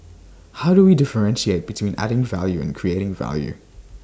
how do we differentiate between adding value and creating value